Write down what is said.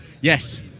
Yes